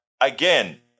Again